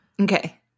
Okay